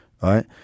Right